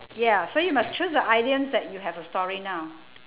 ya so you must choose the idioms that you have a story now